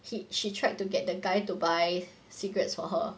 he she tried to get the guy to buy cigarettes for her